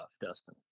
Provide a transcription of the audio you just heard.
Dustin